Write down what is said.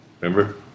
Remember